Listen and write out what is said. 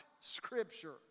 Scripture